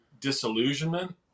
disillusionment